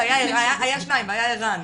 שניים והיה ערן.